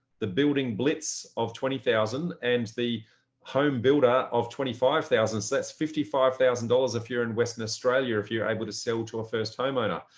the building blitz of twenty thousand and the home builder of twenty five thousand sets fifty five thousand dollars a year in western australia if you're able to sell to a first homeowner,